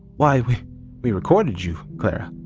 why we we recorded you, clara.